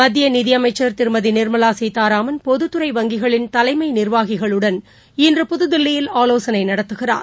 மத்திய நிதியமைச்சர் திருமதி நிர்மலா சீதாராமன் பொதுத்துறை வங்கிளின் தலைமை நிர்வாகிகளுடன் இன்று புதுதில்லியில் ஆலோசனை நடத்துகிறார்